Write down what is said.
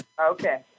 Okay